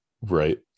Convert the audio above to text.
right